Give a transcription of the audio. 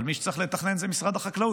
אבל מי שצריך לתכנן הוא משרד החקלאות.